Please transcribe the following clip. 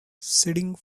seeding